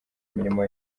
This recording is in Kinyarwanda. imirimo